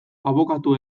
abokatu